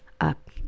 up